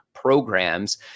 programs